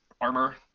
armor